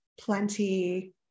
plenty